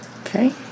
Okay